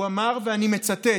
הוא אמר, ואני מצטט: